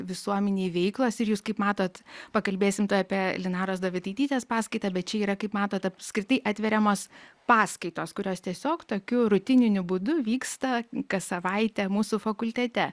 visuomenei veiklos ir jūs kaip matot pakalbėsim tuoj apie linaros dovidaitytės paskaitą bet čia yra kaip matot apskritai atveriamos paskaitos kurios tiesiog tokiu rutininiu būdu vyksta kas savaitę mūsų fakultete